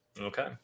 Okay